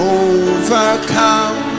overcome